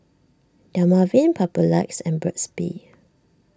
Dermaveen Papulex and Burt's Bee